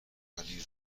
ولی